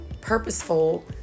purposeful